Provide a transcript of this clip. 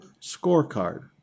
scorecard